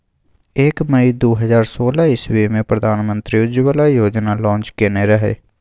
एक मइ दु हजार सोलह इस्बी मे प्रधानमंत्री उज्जवला योजना लांच केने रहय